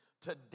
today